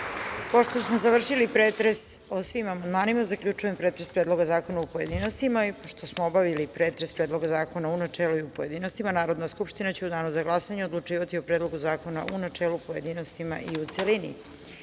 puno. Pošto smo završili pretres o svim amandmanima, zaključujem pretres Predloga zakona, u pojedinostima. Pošto smo obavili pretres Predloga zakona, u načelu i u pojedinostima, Narodna skupština će u danu za glasanje odlučivati o Predlogu zakona u načelu, u pojedinostima i u celini. Tačka